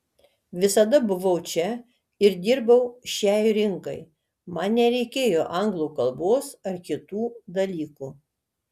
visada buvau čia ir dirbau šiai rinkai man nereikėjo anglų kalbos ar kitų dalykų